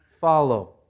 follow